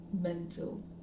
mental